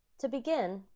to begin,